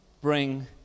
bring